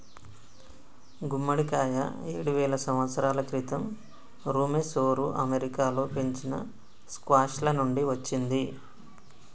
గుమ్మడికాయ ఏడువేల సంవత్సరాల క్రితం ఋమెసోఋ అమెరికాలో పెంచిన స్క్వాష్ల నుండి వచ్చింది